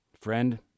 Friend